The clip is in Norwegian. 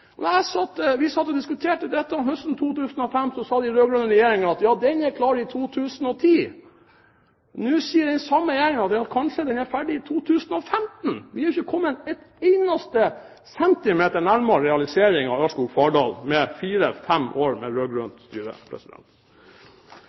satt og diskuterte dette høsten 2005, sa den rød-grønne regjeringen at linjen vil være klar i 2010. Nå sier den samme regjeringen at den kanskje er ferdig i 2015. Vi har ikke kommet en eneste centimeter nærmere realisering av Ørskog–Fardal etter fire–fem år med